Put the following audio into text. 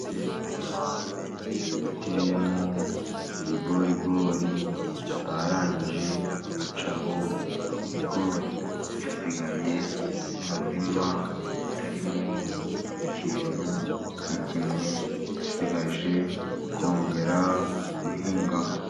Umurima uteyemo ibigorigori ,barangije gucaho ibigori ,hasigaye umurima utarimo ikintu na kimwe ,basigaje kongera guhingamo.